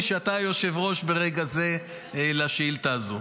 שאתה היושב-ראש ברגע זה לשאילתה הזאת.